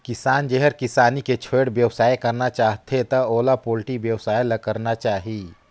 किसान जेहर किसानी के छोयड़ बेवसाय करना चाहथे त ओला पोल्टी बेवसाय ल करना चाही